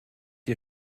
ihr